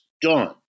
done